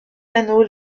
anneaux